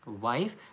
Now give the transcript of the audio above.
wife